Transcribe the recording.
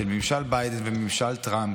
של ממשל ביידן וממשל טראמפ,